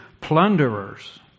plunderers